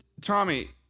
Tommy